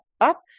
up